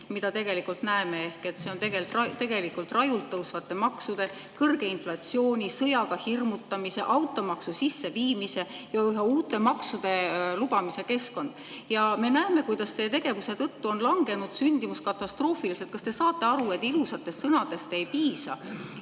mida tegelikult näeme. See on tegelikult rajult tõusvate maksude, kõrge inflatsiooni, sõjaga hirmutamise, automaksu sisseviimise ja üha uute maksude lubamise keskkond. Ja me näeme, kuidas teie tegevuse tõttu on langenud sündimus katastroofiliselt. Kas te saate aru, et ilusatest sõnadest ei piisa